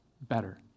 better